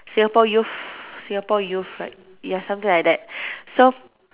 Singapore youth Singapore youth right ya something like that so